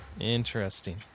Interesting